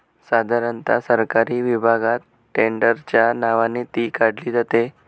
साधारणता सरकारी विभागात टेंडरच्या नावाने ती काढली जाते